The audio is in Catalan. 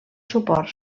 suports